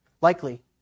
likely